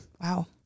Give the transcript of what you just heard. Wow